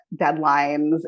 Deadlines